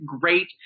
great